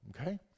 okay